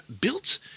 built